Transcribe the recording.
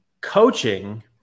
coaching